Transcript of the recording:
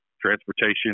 transportation